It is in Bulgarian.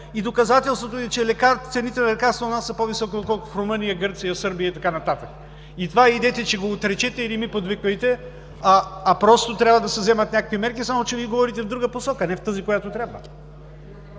и доказателството е, че цените на лекарствата у нас са по-високи отколкото в Румъния, Гърция, Сърбия и така нататък. И това, идете, че го отречете, и не ми подвиквайте, а просто трябва да се вземат някакви мерки, само че Вие говорите в друга посока, не в тази, която трябва.